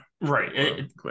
right